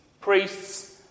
priests